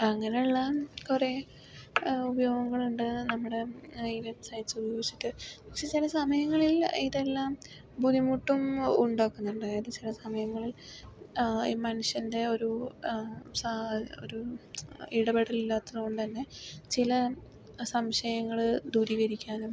അങ്ങനെ ഉള്ള കുറേ ഉപയോഗങ്ങളുണ്ട് നമ്മടെ ഈ വെബ് സൈറ്റ്സ് ഉപയോഗിച്ചിട്ട് പക്ഷെ ചില സമയങ്ങളിൽ ഇതെല്ലാം ബുദ്ധിമുട്ടും ഉണ്ടാക്കുന്നുണ്ട് അതായത് ചില സമയങ്ങളിൽ മനുഷ്യൻ്റെ ഒരു സാ ഒരു ഇടപെടലില്ലാത്തതുകൊണ്ട് തന്നെ ചില സംശയങ്ങൾ ദൂരീകരിക്കാനും